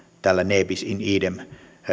tällä ne bis in idem